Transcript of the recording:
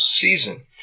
season